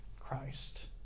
Christ